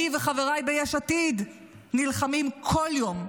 אני וחבריי ביש עתיד, נלחמים כל יום,